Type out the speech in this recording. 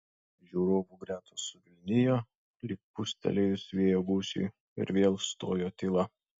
žiūrovų gretos suvilnijo lyg pūstelėjus vėjo gūsiui ir vėl stojo tyla